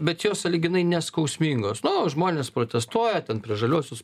bet jos sąlyginai neskausmingos no žmonės protestuoja ten prieš žaliuosius